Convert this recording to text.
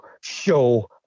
show